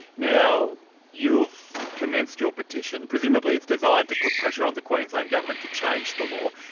now you've commenced your petition, presumably it's designed to put pressure on the queensland government to change the law.